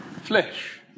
flesh